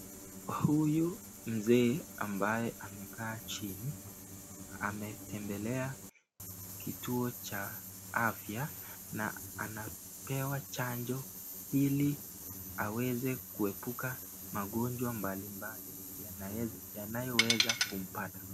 Huyu mzee ambaye amekaa chini, ametembelea kituo cha afya, na anapewa chanjo ili aweze kuepuka magonjwa mbali mbali yanayo weza kumpata.